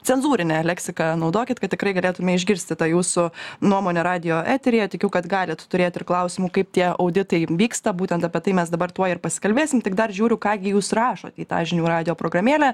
cenzūrinę leksiką naudokit kad tikrai galėtume išgirsti tą jūsų nuomonę radijo eteryje tikiu kad galit turėt ir klausimų kaip tie auditai vyksta būtent apie tai mes dabar tuoj ir pasikalbėsim tik dar žiūriu ką gi jūs rašot į tą žinių radijo programėlę